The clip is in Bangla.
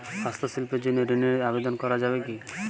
হস্তশিল্পের জন্য ঋনের আবেদন করা যাবে কি?